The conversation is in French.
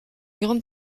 grande